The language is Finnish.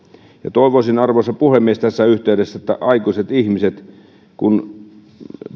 toivoisin arvoisa puhemies tässä yhteydessä että aikuiset ihmiset kun